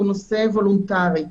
הוא נושא וולונטרי.